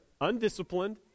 undisciplined